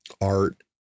art